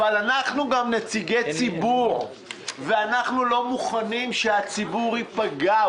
אבל אנחנו גם נציגי ציבור ואנחנו לא מוכנים שהציבור ייפגע.